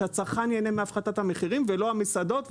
שהצרכן ייהנה מהפחתת המחיר ולא המסעדות,